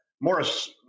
Morris